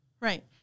Right